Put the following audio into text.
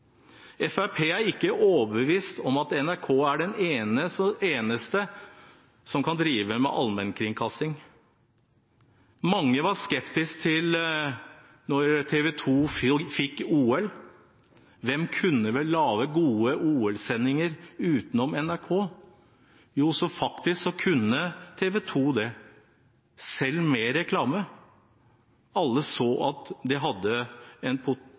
er ikke overbevist om at NRK er den eneste som kan drive med allmennkringkasting. Mange var skeptisk da TV 2 fikk sende fra OL. Hvem kunne vel lage gode OL-sendinger utenom NRK? Faktisk kunne TV 2 det, selv med reklame. Alle så at det hadde en